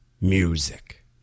music